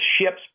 ships